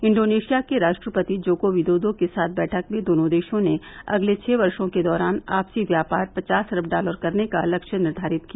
Indonesia के राष्ट्रपति Joko Widodo के साथ बैठक में दोनों देशों ने अगले छः वर्षो के दौरान आपसी व्यापार पचास अरब डालर करने का लक्ष्य निर्घारित किया